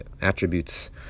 attributes